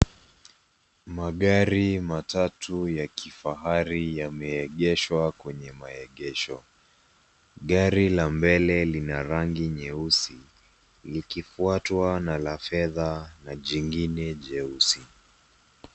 Magari matatu ya kifahari yameegeshwa kwenye maegesho, gari la mbele lina rangi nyeusi ikifwata na la fedha na jingine jeusi.